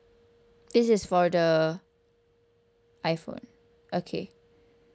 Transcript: this is for the iPhone okay